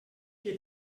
qui